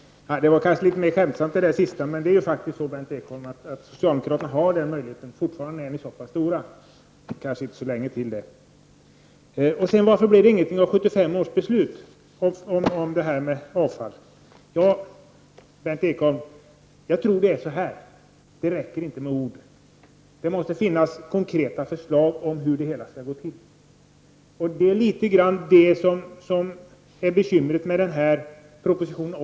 Det sista jag sade var litet mer skämtsamt. Men socialdemokraterna har den möjligheten, Berndt Ekholm. Fortfarande är ni så pass stora. Men det kanske inte är så länge till. Varför blev det inget av 1975 års beslut om avfall? Jag tror att det är så här: Det räcker inte med ord. Det måste finnas konkreta förslag om hur det hela skall gå till. Det är litet grand det som är bekymret med propositionen.